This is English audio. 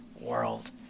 world